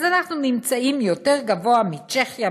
אז אנחנו נמצאים יותר גבוה מצ'כיה,